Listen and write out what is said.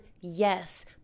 yes